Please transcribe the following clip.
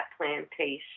plantation